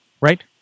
right